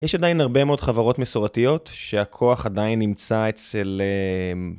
יש עדיין הרבה מאוד חברות מסורתיות שהכוח עדיין נמצא אצל...